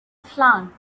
flung